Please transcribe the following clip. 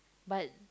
but